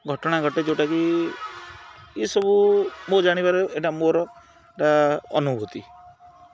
ଘଟଣା ଘଟେ ଯେଉଁଟା କି ଏସବୁ ମୋ ଜାଣିବାରେ ଏଇଟା ମୋର ଏଇଟା ଅନୁଭୂତି